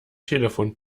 telefon